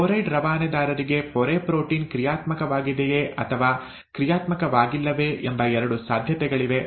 chloride ರವಾನೆದಾರರಿಗೆ ಪೊರೆ protein ಕ್ರಿಯಾತ್ಮಕವಾಗಿದೆಯೇ ಅಥವಾ ಕ್ರಿಯಾತ್ಮಕವಾಗಿಲ್ಲವೇ ಎಂಬ ಎರಡು ಸಾಧ್ಯತೆಗಳಿವೆ